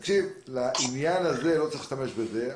תקשיב, לעניין הזה לא צריך להשתמש בזה.